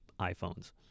iPhones